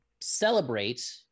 celebrate